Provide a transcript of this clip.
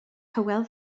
hywel